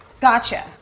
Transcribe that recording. Gotcha